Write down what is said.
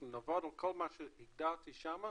אנחנו נעבוד על כל מה שהגדרתי שם,